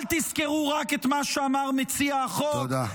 אל תזכרו רק את מה שאמר מציע החוק -- תודה.